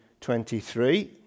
23